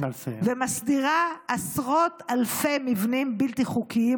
ומסדירה עשרות אלפי מבנים בלתי חוקיים